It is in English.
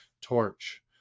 torch